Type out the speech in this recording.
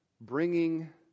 bringing